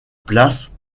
place